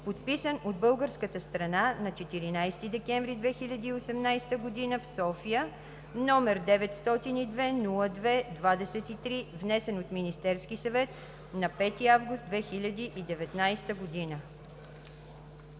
подписан от българската страна на 14 декември 2018 г. в София, № 902-02-23, внесен от Министерския съвет на 5 август 2019 г.“